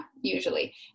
usually